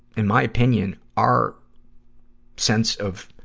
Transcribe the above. in my opinion, our sense of,